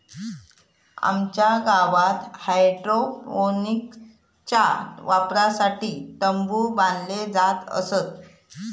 आमच्या गावात हायड्रोपोनिक्सच्या वापरासाठी तंबु बांधले जात असत